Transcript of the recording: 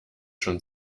schon